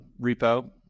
repo